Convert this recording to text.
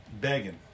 Begging